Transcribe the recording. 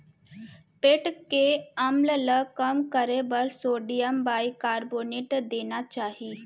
पेट के अम्ल ल कम करे बर सोडियम बाइकारबोनेट देना चाही